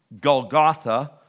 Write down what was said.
Golgotha